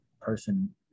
person